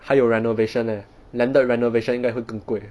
还有 renovation leh landed renovation 应该会更贵